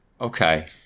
Okay